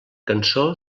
cançó